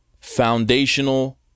foundational